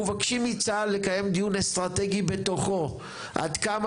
אנחנו מבקשים מצה"ל לקיים דיון אסטרטגי בתוכו עד כמה